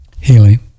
healing